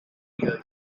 vida